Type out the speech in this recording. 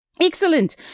Excellent